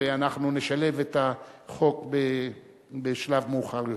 ואנחנו נשלב את החוק בשלב מאוחר יותר.